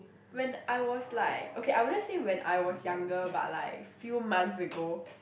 when I was like okay I wouldn't say when I was younger but like few months ago